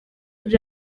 kuri